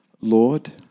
Lord